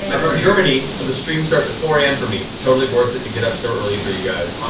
um from germany, so the stream starts at four am for me. it's totally worth it to get up so early for you guys.